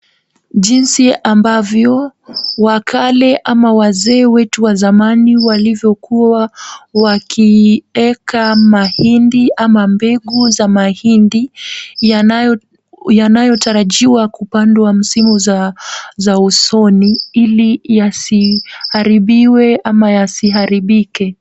Jinsi ambavyo wa kale ama wazee wetu wa zamani walivyokuwa wakieka mahindi ama mbegu za mahindi, yananyotarajiwa kupandwa msimu za usoni ili yasiharibiwe ama yasiharibike.